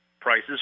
Prices